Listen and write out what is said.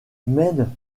mène